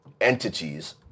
entities